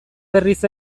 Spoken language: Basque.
berriz